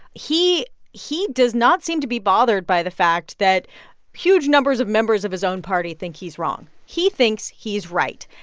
he he does not seem to be bothered by the fact that huge numbers of members of his own party think he's wrong. he thinks he's right,